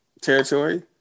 territory